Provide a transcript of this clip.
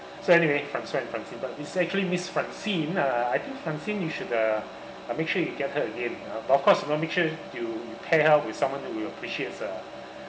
so anyway francua and francine but it's actually miss francine uh I think francine you should uh uh make sure you get her again but of course you want to make sure you you pair her with someone who appreciate uh